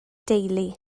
deulu